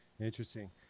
Interesting